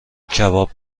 کباب